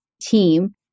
team